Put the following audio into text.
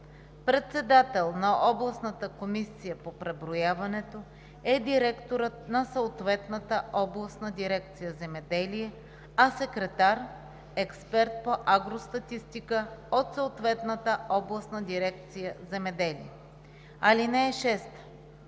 Председател на областната комисия по преброяването е директорът на съответната областна дирекция „Земеделие“, а секретар – експерт по агростатистика от съответната областна дирекция „Земеделие“. (6)